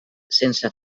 sense